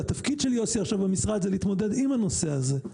והתפקיד של יוסי עכשיו במשרד הוא להתמודד עם הנושא הזה.